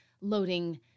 loading